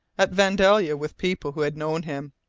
at vandalia with people who had known him,